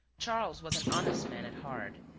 charles was an honest man at heart.